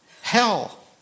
Hell